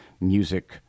music